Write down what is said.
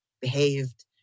behaved